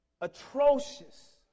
atrocious